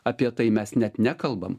apie tai mes net nekalbam